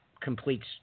completes